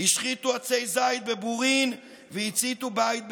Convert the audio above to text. השחיתו עצי זית בבורין והציתו בית בקוסרא.